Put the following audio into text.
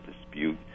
dispute